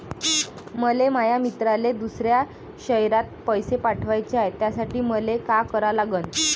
मले माया मित्राले दुसऱ्या शयरात पैसे पाठवाचे हाय, त्यासाठी मले का करा लागन?